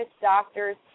doctors